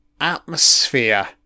atmosphere